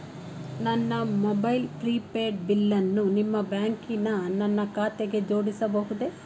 ನನ್ನ mobile prepaid ಬಿಲ್ಲನ್ನು ನಿಮ್ಮ ಬ್ಯಾಂಕಿನ ನನ್ನ ಖಾತೆಗೆ ಜೋಡಿಸಬಹುದೇ?